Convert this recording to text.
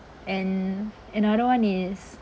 and another one is